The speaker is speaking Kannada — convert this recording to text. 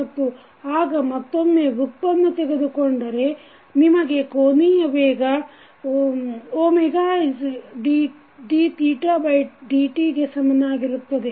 ಮತ್ತು ಆಗ ಮತ್ತೊಮ್ಮೆ ವ್ಯುತ್ಪನ್ನ ತೆಗೆದುಕೊಂಡರೆ ನಿಮಗೆ ಕೋನೀಯ ವೇಗ dθdt ಗೆ ಸಮನಾಗಿರುತ್ತದೆ